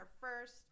first